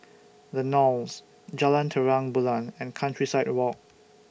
The Knolls Jalan Terang Bulan and Countryside Walk